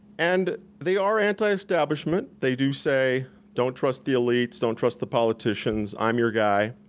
and they are anti-establishment. they do say don't trust the elites, don't trust the politicians, i'm your guy.